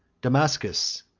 damascus,